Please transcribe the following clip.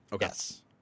Yes